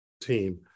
team